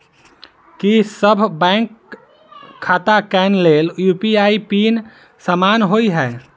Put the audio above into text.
की सभ बैंक खाता केँ लेल यु.पी.आई पिन समान होइ है?